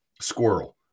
Squirrel